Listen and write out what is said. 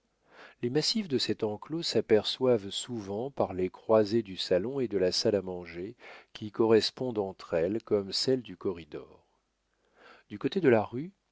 les massifs de cet enclos s'aperçoivent souvent par les croisées du salon et de la salle à manger qui correspondent entre elles comme celles du corridor du côté de la rue